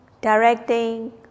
directing